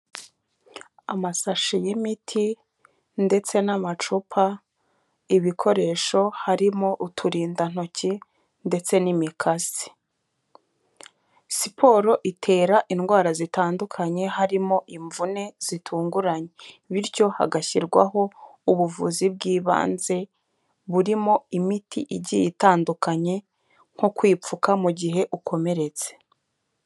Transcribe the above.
Amasashi y'imiti ndetse n'amacupa, ibikoresho harimo uturindantoki, ndetse n'imikasi. Siporo itera indwara zitandukanye harimo imvune zitunguranye, bityo hagashyirwaho ubuvuzi bw'ibanze, burimo imiti igiye itandukanye, nko kwipfuka mu gihe ukomeretse.